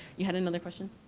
you had another question?